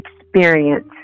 experience